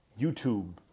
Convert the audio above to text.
YouTube